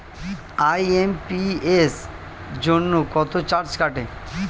IMPS জন্য কত charge কাটে?